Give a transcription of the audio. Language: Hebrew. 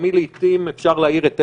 גם לעיתים אפשר להאיר את עיניה.